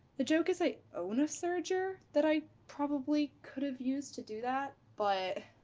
the joke is i own a serger that i probably could have used to do that, but